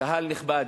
קהל נכבד,